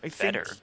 better